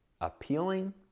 appealing